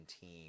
team